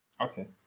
Okay